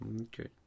Okay